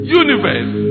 universe